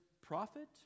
prophet